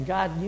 God